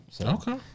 Okay